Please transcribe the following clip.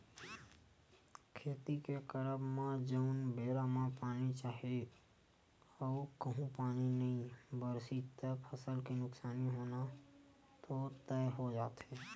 खेती के करब म जउन बेरा म पानी चाही अऊ कहूँ पानी नई बरसिस त फसल के नुकसानी होना तो तय हो जाथे